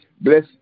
Bless